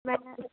मैं